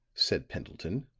said pendleton,